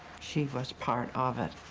she was part of it.